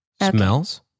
Smells